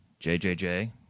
JJJ